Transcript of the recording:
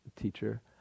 teacher